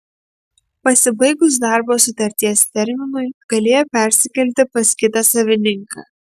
pasibaigus darbo sutarties terminui galėjo persikelti pas kitą savininką